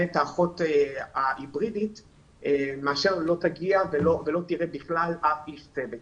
את האחות ההיברידית לעומת מצב שבו היא לא תראה בכלל אף איש צוות.